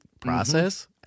process